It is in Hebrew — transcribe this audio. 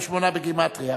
28 בגימטריה,